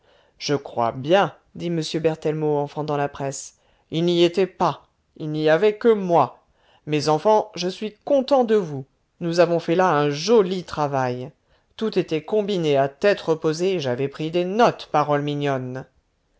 je crois bien dit m berthellemot en fendant la presse il n'y était pas il n'y avait que moi mes enfants je suis content de vous nous avons fait là un joli travail tout était combiné à tête reposée j'avais pris des notes parole mignonne